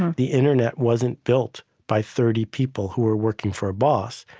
the internet wasn't built by thirty people who are working for a boss.